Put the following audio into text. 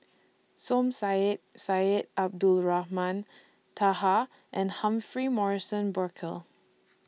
Som Said Syed Abdulrahman Taha and Humphrey Morrison Burkill